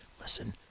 Listen